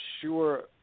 sure